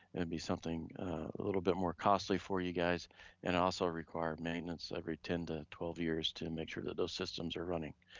and be something a little more costly for you guys and also require maintenance every ten to twelve years to and make sure that those systems are running.